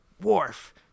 Worf